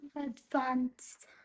advanced